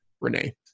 Renee